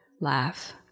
laugh